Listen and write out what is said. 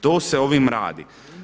To se ovim radi.